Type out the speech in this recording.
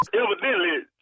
evidently